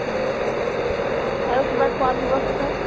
অঁ আৰু কিবা খোৱা ব্যৱস্থা